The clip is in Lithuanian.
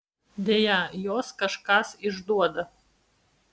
deja juos kažkas išduoda